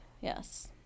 Yes